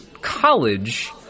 college